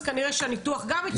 אז כנראה שהניתוח גם הצליח.